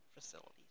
facilities